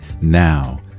now